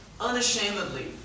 unashamedly